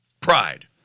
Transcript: Pride